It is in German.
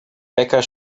becker